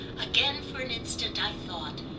again for an instant i thought.